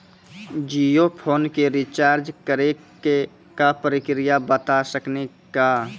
Jio phone के recharge करे के का प्रक्रिया बता साकिनी का?